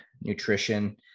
nutrition